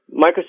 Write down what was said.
Microsoft